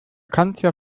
kanzler